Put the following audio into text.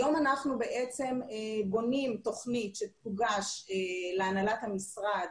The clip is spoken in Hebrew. היום אנחנו בעצם בונים תוכנית שתוגש להנהלת המשרד,